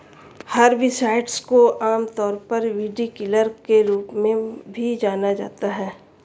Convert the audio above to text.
herbicides को आमतौर पर वीडकिलर के रूप में भी जाना जाता है